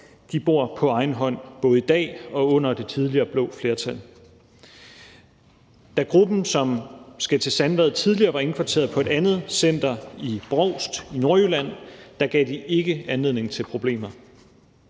der på egen hånd i dag og gjorde det også under det tidligere blå flertal. Da gruppen, som skal til Sandvad, tidligere var indkvarteret på et andet center i Brovst i Nordjylland, gav det ikke anledning til problemer.